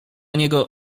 niego